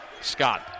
Scott